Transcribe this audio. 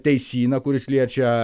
teisyną kuris liečia